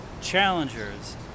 Challengers